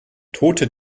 tote